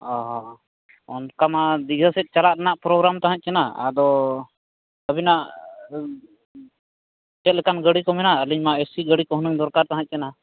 ᱚᱻ ᱚᱱᱠᱟ ᱢᱟ ᱫᱤᱜᱷᱟᱹ ᱥᱮᱫ ᱪᱟᱞᱟᱜ ᱨᱮᱱᱟᱜ ᱯᱨᱳᱜᱨᱟᱢ ᱛᱟᱦᱮᱸ ᱠᱟᱱᱟ ᱟᱫᱚ ᱟᱹᱵᱤᱱᱟᱜ ᱪᱮᱫ ᱞᱮᱠᱟᱱ ᱜᱟᱹᱰᱤ ᱠᱚ ᱢᱮᱱᱟᱜᱼᱟ ᱟᱹᱞᱤᱧ ᱢᱟ ᱮᱹ ᱥᱤ ᱜᱟᱹᱰᱤ ᱠᱚ ᱦᱩᱱᱟᱹᱝ ᱫᱚᱨᱡᱟᱨ ᱛᱟᱦᱮᱸᱫ ᱠᱟᱱᱟ